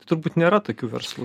turbūt nėra tokių verslų